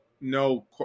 no